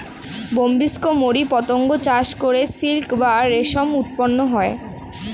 Bombyx mori পতঙ্গ চাষ করে সিল্ক বা রেশম উৎপন্ন করা হয়